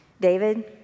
David